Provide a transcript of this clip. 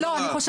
לא.